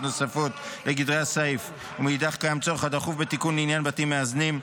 נוספות לגדרי הסעיף ומאידך קיים צורך דחוף בתיקון לעניין בתים מאזנים,